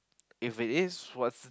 if it is what